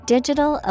Digital